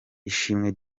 ishimwe